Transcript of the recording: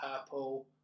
purple